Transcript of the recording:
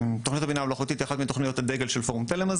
תוכנית הבינה המלאכותית היא אחת מתוכניות הדגל של פורום תל"מ.